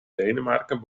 denemarken